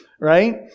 Right